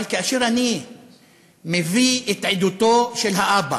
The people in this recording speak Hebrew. אבל כאשר אני מביא את עדותו של האבא,